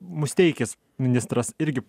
musteikis ministras irgi